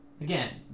again